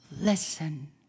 Listen